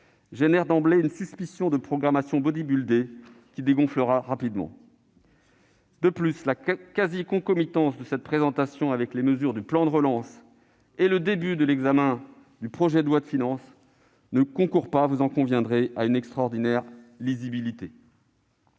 génère d'emblée une suspicion de programmation bodybuildée qui dégonflera rapidement. De plus, la quasi-concomitance de cette présentation avec les mesures du plan de relance et le début de l'examen du projet de loi de finances ne concourt pas à une extraordinaire lisibilité.